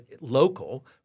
local